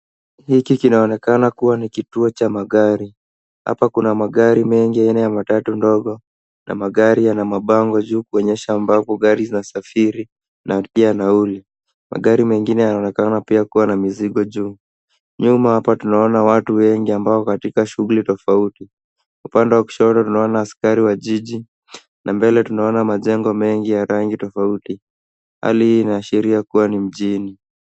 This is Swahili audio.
Hiki kinaonekana kuwa ni kituo cha magari. Hapa kuna magari mengi aina ya matatu ndogo na magari yana mabango juu kuonyesha ambapo gari zinasafiri na pia nauli. Magari mengine yanaonekana pia kuwa na mizigo juu. Nyuma hapa tunaona watu wengi ambao wako katika shughuli tofauti. Upande wa kushoto tunaona askari wa jiji na mbele tunaona majengo mengi ya rangi tofauti. Hali hii inaashiria kuwa ni mjini.